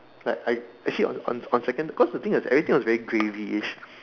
like I actually on on second because the thing was everything was very gravyish